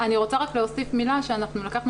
אני רוצה רק להוסיף מילה שאנחנו לקחנו